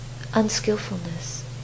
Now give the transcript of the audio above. unskillfulness